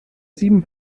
sieben